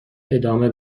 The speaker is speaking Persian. ادامه